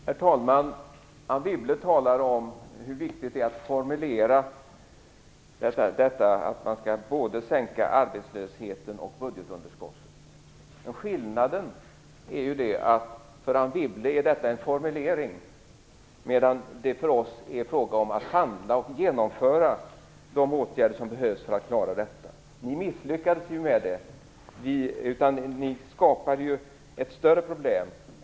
Herr talman! Anne Wibble talade om hur viktigt det är att formulera att man skall sänka både arbetslösheten och budgetunderskottet. Skillnaden är att för Anne Wibble är detta en formulering, medan det för oss är fråga om att handla och genomföra de åtgärder som behövs för att klara detta. Ni misslyckades ju med det. Ni skapade ett större problem.